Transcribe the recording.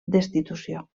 destitució